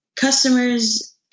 customers